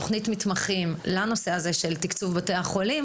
תכנית מתמחים לנושא הזה של תקצוב בתי החולים